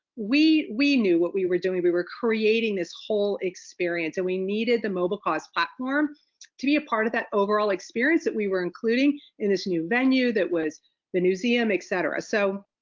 we we knew what we were doing. we were creating this whole experience, and we needed the mobilecause platform to be a part of that overall experience that we were including in this new venue that was the newseum, et cetera. so,